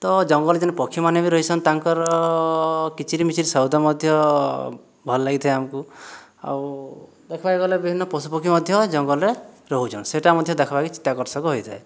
ତ ଜଙ୍ଗଲ ଯେନ୍ ପକ୍ଷୀମାନେ ବି ରହିସନ୍ ତାଙ୍କର କିଚିରିମିଚିରି ଶବ୍ଦ ମଧ୍ୟ ଭଲ୍ ଲାଗିଥାଏ ଆମକୁ ଆଉ ଦେଖ୍ବାକେ ଗଲେ ବିଭିନ୍ନ ପଶୁପକ୍ଷୀ ମଧ୍ୟ ଜଙ୍ଗଲରେ ରହୁଛନ୍ ସେହିଟା ମଧ୍ୟ ଦେଖ୍ବାକେ ଚିତ୍ତାକର୍ଷକ ହୋଇଥାଏ